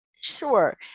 Sure